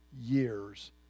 years